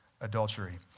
adultery